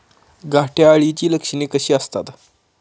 घाटे अळीची लक्षणे कशी असतात?